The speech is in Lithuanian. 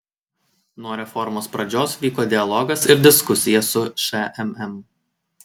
nuo reformos pradžios vyko dialogas ir diskusija su šmm